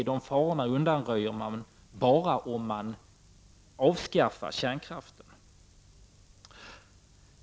Och dessa faror undanröjer man bara om man avskaffar kärnkraften.